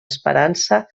esperança